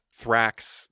Thrax